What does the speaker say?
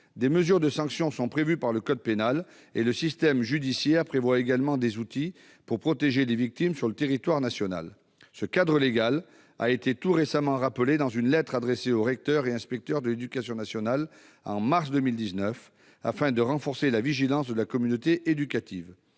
Des mesures de sanctions sont prévues par le code pénal et le système judiciaire prévoit également des outils pour protéger les victimes sur le territoire national. Ce cadre légal a été rappelé tout récemment dans une lettre adressée au mois de mars dernier aux recteurs et inspecteurs de l'éducation nationale, afin de renforcer la vigilance de la communauté éducative.